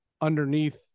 underneath